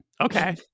Okay